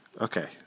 Okay